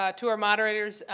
ah to our moderators,